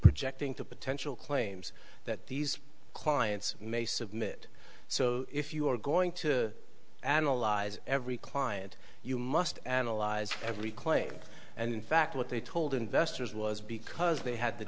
projecting to potential claims that these clients may submit so if you're going to analyze every client you must analyze every claim and in fact what they told investors was because they had